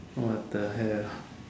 what the hell